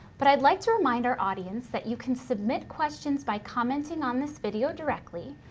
but i'd like to remind our audience that you can submit questions by commenting on this video directly,